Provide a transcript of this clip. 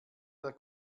der